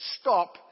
Stop